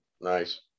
Nice